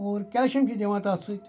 اور کیٚلشَم چھِ دِوان تَتھ سۭتۍ